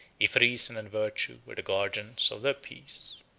if reason and virtue were the guardians of their peace!